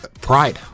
pride